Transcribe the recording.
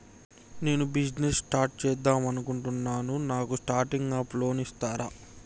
నేను business start చేద్దామనుకుంటున్నాను నాకు స్టార్టింగ్ అప్ లోన్ ఇస్తారా?